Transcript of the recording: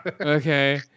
Okay